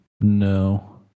No